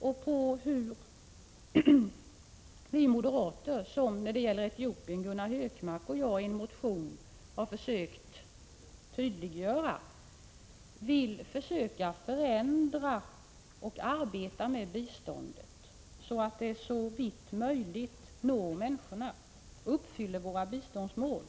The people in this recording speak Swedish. Gunnar Hökmark och jag har i en motion försökt tydliggöra hur vi moderater menar att biståndsarbetet skulle kunna förändras så att biståndet så långt det är möjligt når människorna och så att vi uppfyller våra biståndsmål.